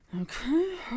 Okay